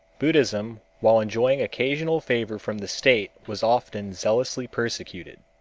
buddhism while enjoying occasional favor from the state was often zealously persecuted.